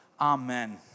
Amen